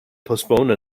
postpone